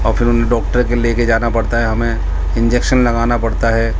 اور پھر انہیں ڈاکٹر کے لے کے جانا پرتا ہے ہمیں انجیکشن لگانا پڑتا ہے